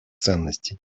ценностей